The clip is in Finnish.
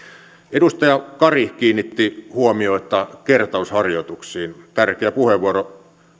edustaja kari kiinnitti huomiota kertausharjoituksiin tärkeä puheenvuoro